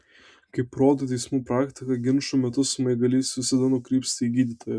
kaip rodo teismų praktika ginčų metu smaigalys visada nukrypsta į gydytoją